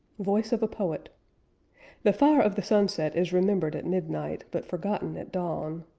voice of a poet the fire of the sunset is remembered at midnight, but forgotten at dawn.